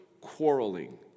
quarreling